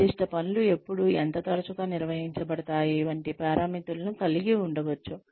నిర్దిష్ట పనులు ఎప్పుడు ఎంత తరచుగా నిర్వహించబడతాయి వంటి పారామితులను కలిగి ఉండవచ్చు